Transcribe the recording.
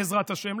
בעזרת השם,